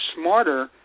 smarter